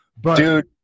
Dude